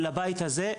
בבית הזה,